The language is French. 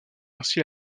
ainsi